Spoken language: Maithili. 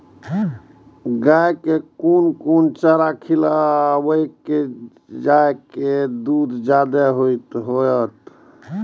गाय के कोन कोन चारा खिलाबे जा की दूध जादे होते?